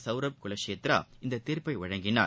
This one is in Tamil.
சவுரப் குலஷேத்ரா இந்த தீர்ப்பை வழங்கினார்